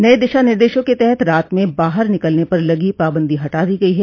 नए दिशा निर्देशों के तहत रात में बाहर निकलने पर लगी पाबंदी हटा दी गई है